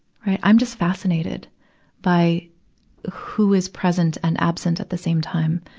i'm just fascinated by who is present and absent at the same time,